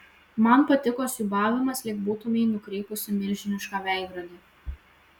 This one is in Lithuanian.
man patiko siūbavimas lyg būtumei nukreipusi milžinišką veidrodį